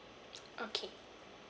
okay